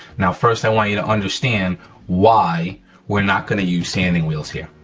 now first i want you to understand why we're not gonna use sanding wheels here.